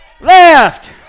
Left